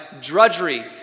drudgery